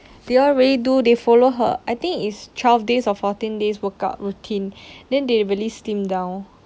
they all really do they follow her I think is twelve days of fourteen days workout routine then they really slimmed down